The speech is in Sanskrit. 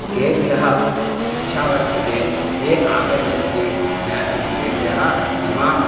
केभ्यः इच्छा वर्तते ये आगच्छन्ति ज्ञातुं तेभ्यः इमां